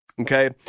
Okay